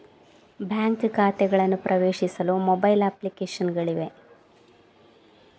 bank ಖಾತೆಗಳನ್ನು ಪ್ರವೇಶಿಸಲು mobile application ಗಳಿವೆ